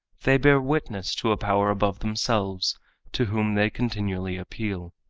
they bear witness to a power above themselves to whom they continually appeal.